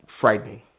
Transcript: Frightening